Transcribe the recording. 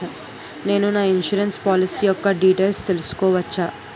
నేను నా insurance policy యెక్క డీటైల్స్ తెల్సుకోవచ్చా?